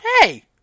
Hey